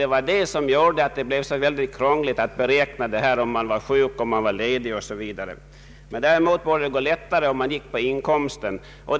Det var detta som gjorde att det blev så krångligt att göra beräkningen vid sjukdom, ledighet och i andra fall. Däremot borde det vara lättare att göra beräkningen, om man går efter inkomsten.